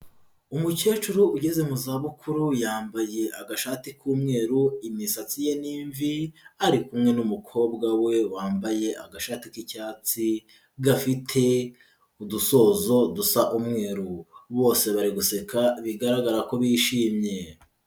Umukecuru ugeze mu za bukuru, yambaye agashati k'umweru, imisatsi ye ni imvi, ari kumwe n'umukobwa we wambaye agashati k'icyatsi gafite udusozo dusa umweru, bose bari guseka bigaragara ko bishimye.